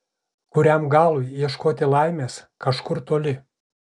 kuriam galui ieškoti laimės kažkur toli